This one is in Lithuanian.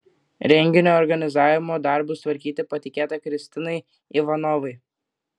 renginio organizavimo darbus tvarkyti patikėta kristinai ivanovai